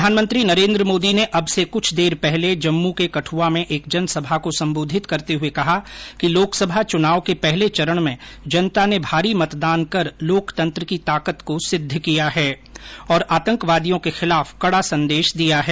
प्रधानमंत्री नरेन्द्र मोदी ने अब से कुछ देर पहले जम्मू के कुुआ में एक जनसभा को सम्बोधित करते हुए कहा कि लोकसभा चुनाव के पहले चरण में जनता ने भारी मतदान कर लोकतंत्र की ताकत को सिद्द किया है और आतंकवादियों के खिलाफ कडा संदेश दिया है